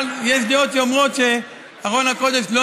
אבל יש דעות שאומרות שארון הקודש לא